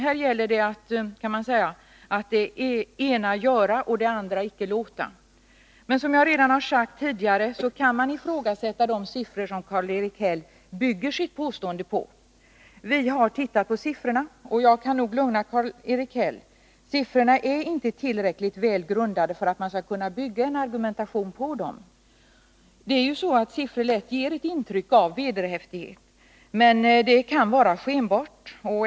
Här gäller det att, kan man säga, ”det ena göra och det andra icke låta”. Man kan, som sagt, ifrågasätta de siffror som Karl-Erik Häll bygger sitt påstående på. Vi har tittat på siffrorna, och jag kan lugna Karl-Erik Häll: Siffrorna är inte tillräckligt väl grundade för att man skall kunna bygga en argumentation på dem. Siffror ger lätt ett intryck av vederhäftighet. Men den kan vara skenbar.